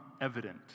evident